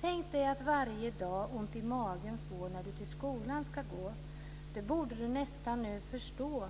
Tänk dig att varje dag ont i magen få, när du till skolan ska gå. Det borde du nästan nu förstå.